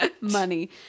money